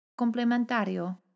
complementario